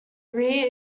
rear